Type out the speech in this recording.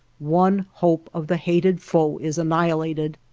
one hope of the hated foe is annihilated.